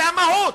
זה המהות.